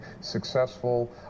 successful